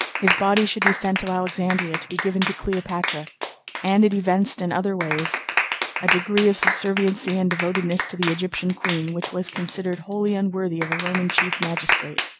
his body should be sent to alexandria to be given to cleopatra and it evinced in other ways a degree of subserviency and devotedness to the egyptian queen which was considered wholly unworthy of a roman chief magistrate.